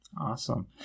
Awesome